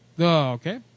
okay